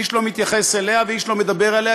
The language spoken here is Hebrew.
איש לא מתייחס אליה ואיש לא מדבר עליה,